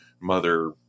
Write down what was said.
Mother